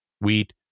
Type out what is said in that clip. wheat